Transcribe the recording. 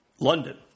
London